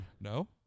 No